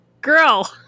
girl